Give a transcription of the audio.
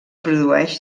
produeix